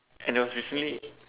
and it was recently